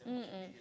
mmhmm